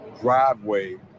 driveway